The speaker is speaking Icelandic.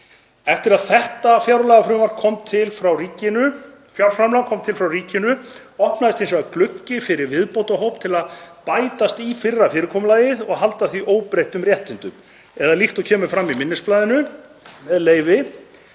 Eftir að þetta fjárframlag kom til frá ríkinu opnaðist hins vegar gluggi fyrir viðbótarhóp til að bætast í fyrra fyrirkomulagið og halda því óbreyttum réttindum. Eða líkt og kemur fram í minnisblaðinu: „Við